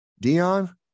Dion